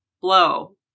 blow